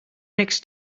next